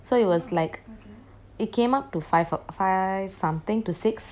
so it was like it came up to five or five something to six